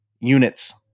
units